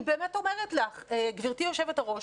אני באמת אומרת לך גברתי היושבת ראש,